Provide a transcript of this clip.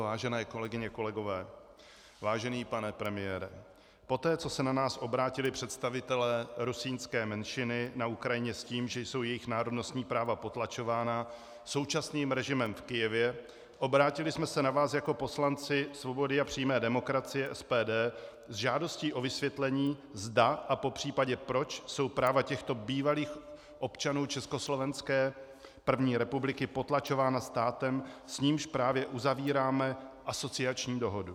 Vážené kolegyně, kolegové, vážený pane premiére, poté co se na nás obrátili představitelé rusínské menšiny na Ukrajině s tím, že jsou jejich národnostní práva potlačována současným režimem v Kyjevě, obrátili jsme se na vás jako poslanci Svobody a přímé demokracie, SPD, s žádostí o vysvětlení, zda a popřípadě proč jsou práva těchto bývalých občanů Československé první republiky potlačována státem, s nímž právě uzavíráme asociační dohodu.